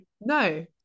No